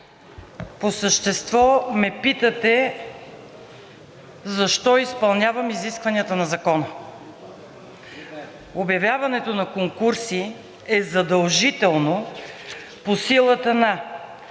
по същество ме питате защо изпълнявам изискванията на Закона? Обявяването на конкурси е задължително по силата на